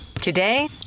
Today